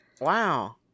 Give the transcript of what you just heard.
wow